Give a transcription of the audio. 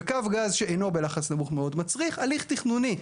וקו גז שאינו בלחץ נמוך מאוד מצריך הליך תכנוני.